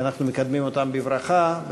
ואנחנו מקדמים אותם בברכה,